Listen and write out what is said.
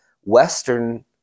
Western